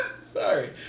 Sorry